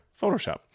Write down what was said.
Photoshop